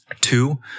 Two